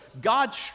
God